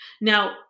Now